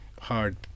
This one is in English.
hard